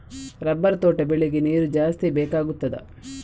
Rubber ತೋಟ ಬೆಳೆಗೆ ನೀರು ಜಾಸ್ತಿ ಬೇಕಾಗುತ್ತದಾ?